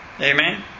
Amen